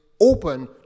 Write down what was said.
open